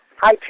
Hi